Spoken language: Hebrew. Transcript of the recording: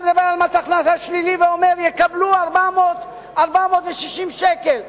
אתה מדבר על מס הכנסה שלילי ואומר: יקבלו 460 שקל.